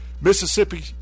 Mississippi